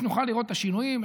שנוכל לראות את השינויים.